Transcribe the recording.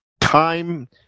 time